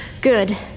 Good